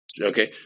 Okay